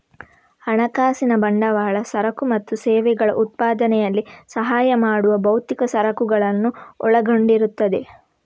ಹಣಕಾಸಿನ ಬಂಡವಾಳ ಸರಕು ಮತ್ತು ಸೇವೆಗಳ ಉತ್ಪಾದನೆಯಲ್ಲಿ ಸಹಾಯ ಮಾಡುವ ಭೌತಿಕ ಸರಕುಗಳನ್ನು ಒಳಗೊಂಡಿರುತ್ತದೆ